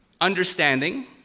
Understanding